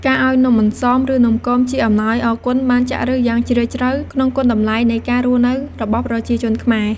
ការឱ្យនំអន្សម ឬ នំគមជាអំណោយអរគុណបានចាក់ឫសយ៉ាងជ្រាលជ្រៅក្នុងគុណតម្លៃនៃការរស់នៅរបស់ប្រជាជនខ្មែរ។